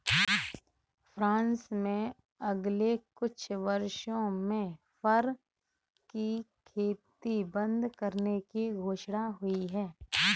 France में अगले कुछ वर्षों में फर की खेती बंद करने की घोषणा हुई है